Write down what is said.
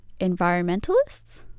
environmentalists